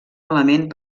element